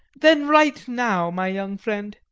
then write now, my young friend,